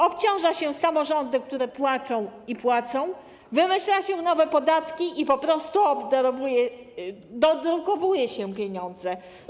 Obciąża się samorządy, które płaczą i płacą, wymyśla się nowe podatki i po prostu dodrukowuje się pieniądze.